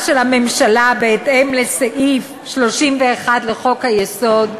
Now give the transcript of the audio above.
של הממשלה בהתאם לסעיף 31 לחוק-היסוד,